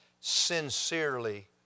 sincerely